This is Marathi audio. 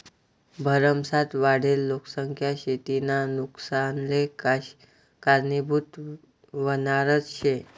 भरमसाठ वाढेल लोकसंख्या शेतीना नुकसानले कारनीभूत व्हनारज शे